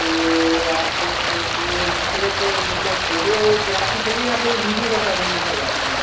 तो आप को सिर्फ मतलब फोटोग्राफी चाहिए या फिर वीडियो रिकॉर्डिंग भी करवाना है